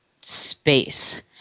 space